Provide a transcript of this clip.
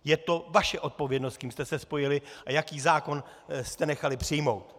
Je to vaše odpovědnost, s kým jste se spojili a jaký zákon jste nechali přijmout!